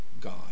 God